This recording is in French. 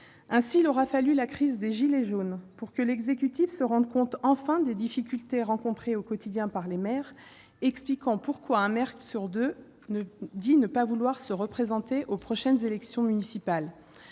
Ainsi, il aura fallu la crise des « gilets jaunes » pour que l'exécutif se rende enfin compte des difficultés rencontrées au quotidien par les maires, expliquant pourquoi un maire sur deux déclare ne pas vouloir se représenter lors des élections municipales